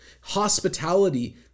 Hospitality